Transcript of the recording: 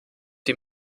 die